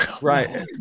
Right